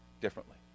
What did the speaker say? differently